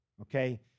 Okay